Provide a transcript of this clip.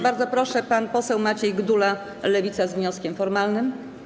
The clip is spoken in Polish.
Bardzo proszę, pan poseł Maciej Gdula, Lewica, z wnioskiem formalnym.